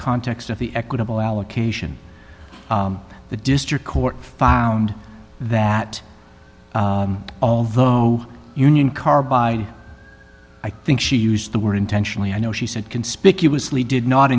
context of the equitable allocation of the district court found that although union carbide i think she used the word intentionally i know she said conspicuously did not